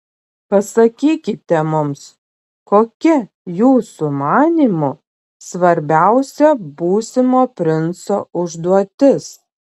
pasakykite mums kokia jūsų manymu svarbiausia būsimo princo užduotis